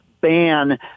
ban